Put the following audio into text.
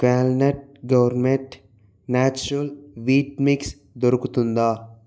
Qualinut gourmet natural wheat mix దొరుకుతుందా